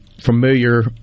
familiar